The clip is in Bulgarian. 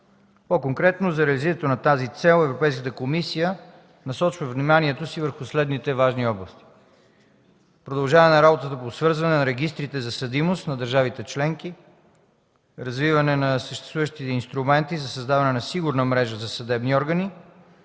По-конкретно, за развитието на тази цел Европейската комисия насочва вниманието си върху следните важни области: продължаване на работата по свързване на регистрите за съдимост на държавите членки; развиване на съществуващи инструменти за създаване на сигурна мрежа за съдебни органи,